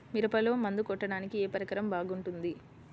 మిరపలో మందు కొట్టాడానికి ఏ పరికరం బాగుంటుంది?